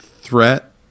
threat